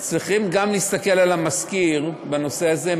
צריכים להסתכל גם על המשכיר בנושא הזה,